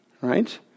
right